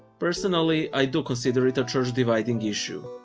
personally, i do consider it a church-dividing issue.